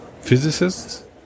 physicists